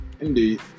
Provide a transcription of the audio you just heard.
Indeed